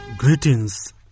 Greetings